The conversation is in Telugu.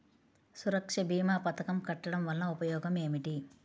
సురక్ష భీమా పథకం కట్టడం వలన ఉపయోగం ఏమిటి?